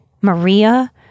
Maria